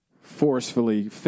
Forcefully